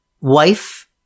wife